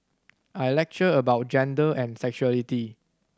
I lecture about gender and sexuality